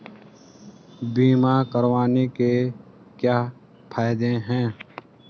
बीमा करवाने के क्या फायदे हैं?